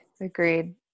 agreed